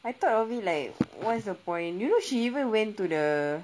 I thought of it like what's the point you know she even went to the